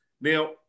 Now